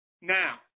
Now